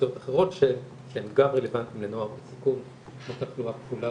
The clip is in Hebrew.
אוכלוסיות אחרות שהן גם רלוונטיים לנוער בסיכון כמו תחלואה כפולה